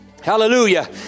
Hallelujah